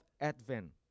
Advent